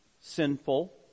sinful